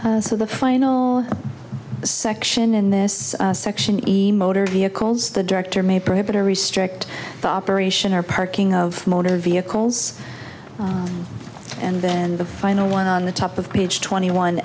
to the final section in this section easy motor vehicles the director may prohibit or restrict the operation or parking of motor vehicles and then the final one on the top of page twenty one